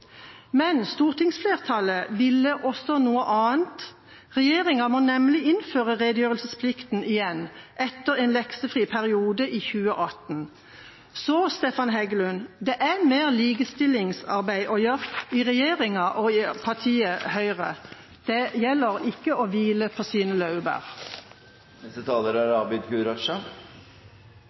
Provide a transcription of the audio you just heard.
Men stortingsflertallet ville noe annet: Regjeringa må nemlig innføre redegjørelsesplikten igjen, etter en «leksefri» periode i 2018. Så, til Stefan Heggelund, det er mer likestillingsarbeid å gjøre i regjeringa og i partiet Høyre. Det gjelder å ikke hvile på sine laurbær.